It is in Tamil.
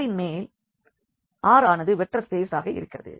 R இன் மேல் R ஆனது வெக்டர் ஸ்பேஸ் ஆக இருக்கிறது